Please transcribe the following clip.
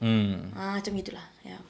ah macam gitu lah ya